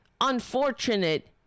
unfortunate